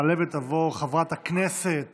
תעלה ותבוא חברת הכנסת